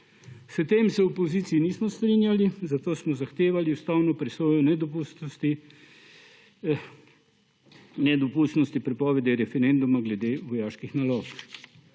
S tem se v opoziciji nismo strinjali, zato smo zahtevali ustavno presojo o nedopustnosti prepovedi referenduma glede vojaških naložb.